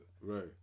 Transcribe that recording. Right